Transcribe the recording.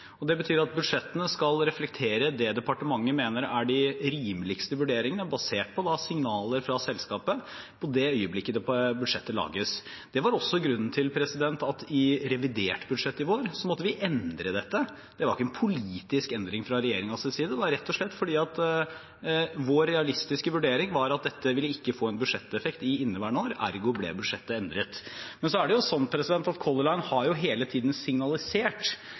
og det betyr at budsjettene skal reflektere det departementet mener er de rimeligste vurderingene basert på signaler fra selskapet i det øyeblikket budsjettet lages. Det var også grunnen til at vi i revidert budsjett i vår måtte endre dette. Det var ikke en politisk endring fra regjeringens side. Det var rett og slett fordi vår realistiske vurdering var at dette ikke ville få en budsjetteffekt i inneværende år. Ergo ble budsjettet endret. Men Color Line har hele tiden signalisert ganske tydelig at